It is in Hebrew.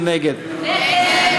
מי נגד